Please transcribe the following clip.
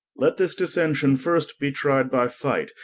let this dissention first be tried by fight,